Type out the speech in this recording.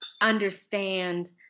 understand